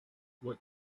what